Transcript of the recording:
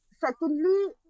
Secondly